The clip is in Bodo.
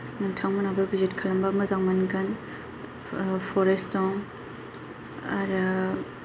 नोंथांमोनाबो भिजित खालामबा मोजां मोनगोन फरेस्त दं आरो